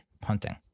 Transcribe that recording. punting